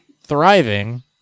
thriving